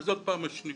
אבל זו הפעם השנייה.